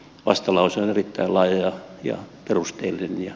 vastalauseen yrittää lajeja ja perusteellinen ja